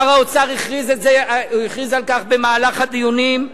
שר האוצר הכריז על כך במהלך הדיונים,